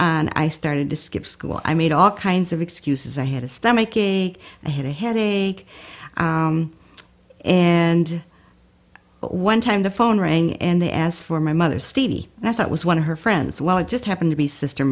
on i started to skip school i made all kinds of excuses i had a stomach ache i had a headache and one time the phone rang and they asked for my mother stevie and i thought was one of her friends well it just happened to be sister